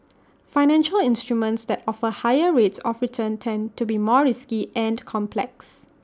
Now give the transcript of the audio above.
financial instruments that offer higher rates of return tend to be more risky and complex